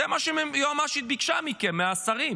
זה מה שהיועמ"שית ביקשה מכם, מהשרים.